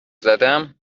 زدم